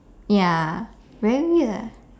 ya very weird